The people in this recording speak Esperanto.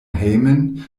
hejmen